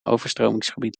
overstromingsgebied